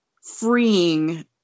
freeing